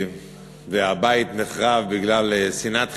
והבית נחרב בגלל שנאת חינם,